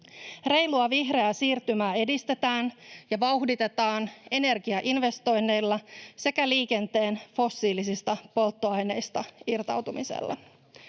Reilua vihreää siirtymää edistetään ja vauhditetaan energiainvestointeilla sekä liikenteen fossiilisista polttoaineista irtautumisella.